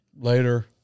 Later